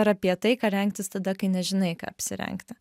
ir apie tai ką rengtis tada kai nežinai ką apsirengti